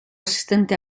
asistente